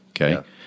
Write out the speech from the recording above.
Okay